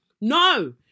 no